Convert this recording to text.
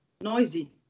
noisy